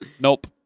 nope